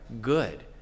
good